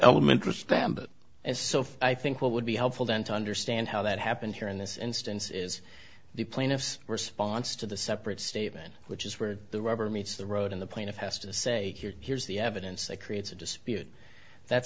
elementary spam but so i think what would be helpful don't understand how that happened here in this instance is the plaintiff's response to the separate statement which is where the rubber meets the road in the plaintiff has to say here here's the evidence that creates a dispute that